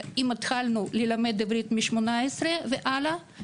ואם התחלנו ללמד עברית מ-18 והלאה,